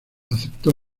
aceptó